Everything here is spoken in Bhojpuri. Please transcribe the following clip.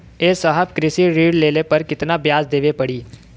ए साहब कृषि ऋण लेहले पर कितना ब्याज देवे पणी?